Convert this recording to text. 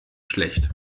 schlecht